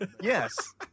Yes